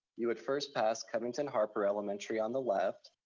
you would first pass covington-harper elementary on the left.